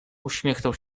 uśmiechnął